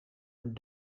een